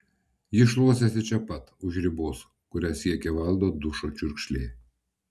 ji šluostėsi čia pat už ribos kurią siekė valdo dušo čiurkšlė